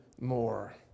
more